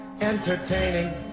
entertaining